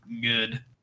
good